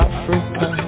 Africa